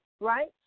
right